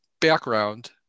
background